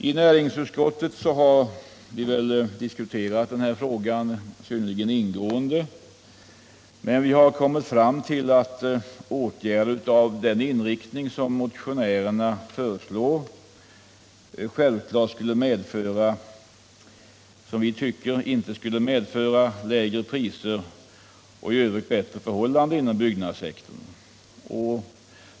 I näringsutskottet har vi diskuterat denna fråga synnerligen ingående, men vi har kommit fram till att åtgärder med den inriktning som motionärerna föreslår inte skulle medföra lägre priser och i övrigt bättre förhållanden inom byggnadssektorn.